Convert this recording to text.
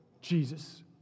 Jesus